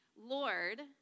Lord